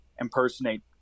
impersonate